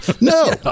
No